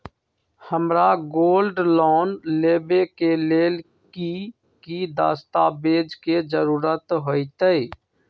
हमरा gold loan लेबे के लेल कि कि दस्ताबेज के जरूरत होयेत?